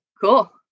cool